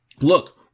look